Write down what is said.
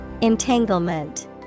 Entanglement